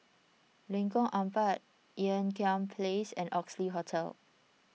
Lengkong Empat Ean Kiam Place and Oxley Hotel